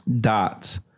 dots